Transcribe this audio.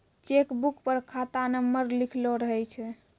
cheque book पर खाता नंबर लिखलो रहै छै